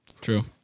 True